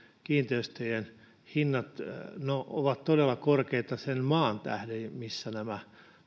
kiinteistöjen hinnat ovat todella korkeita sen maan tähden missä nämä